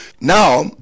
now